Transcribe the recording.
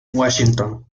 washington